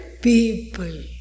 people